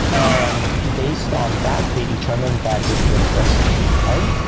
and based on that, they determine that this is a brex-issued card.